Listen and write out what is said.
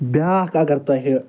بیٛاکھ اَگر تۄہہِ